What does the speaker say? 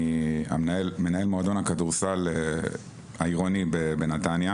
אני מנהל מועדון הכדורסל העירוני בנתניה.